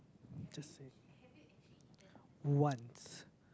just say~ once